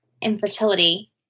infertility